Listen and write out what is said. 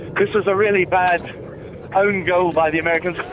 this is a really bad own goal by the americans.